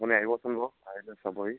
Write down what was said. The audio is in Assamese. আপুনি আহিবচোন বাৰু আহি লৈ চাবহি